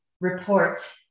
report